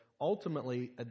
ultimately